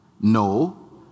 No